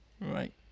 Right